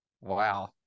Wow